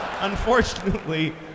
Unfortunately